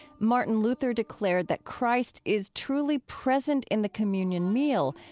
martin luther declared that christ is truly present in the communion meal,